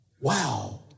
Wow